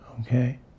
Okay